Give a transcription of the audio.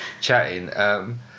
chatting